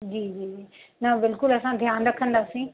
जी जी जी न बिल्कुलु असां ध्यानु रखंदासीं